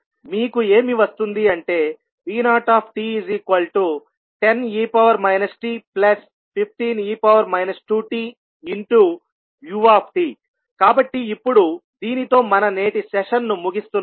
మీకు ఏమి వస్తుంది అంటే v0t10e t15e 2tu కాబట్టి ఇప్పుడు దీనితో మన నేటి సెషన్ను ముగిస్తున్నాను